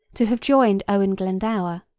to have joined owen glendower,